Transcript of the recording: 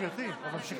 חברת הכנסת וולדיגר.